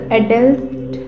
adult